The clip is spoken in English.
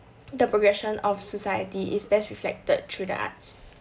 the progression of society is best reflected through the arts